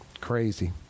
Crazy